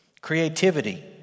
Creativity